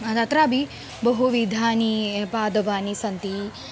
तत्रापि बहुविधानि पादपानि सन्ति